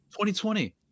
2020